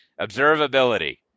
Observability